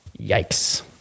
Yikes